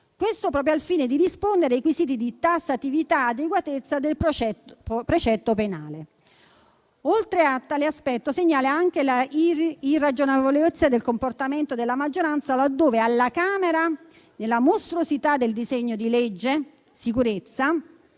proprio al fine di rispondere ai requisiti di tassatività e adeguatezza del precetto penale. Oltre a tale aspetto, segnalo anche l'irragionevolezza del comportamento della maggioranza, laddove alla Camera, nella mostruosità del disegno di legge sicurezza,